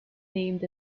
named